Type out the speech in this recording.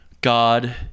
God